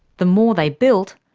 the more they built,